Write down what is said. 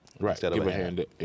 Right